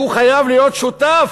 והוא חייב להיות שותף.